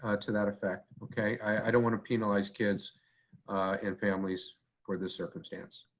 ah to that effect, okay? i don't want to penalize kids and families for this circumstance.